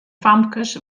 famkes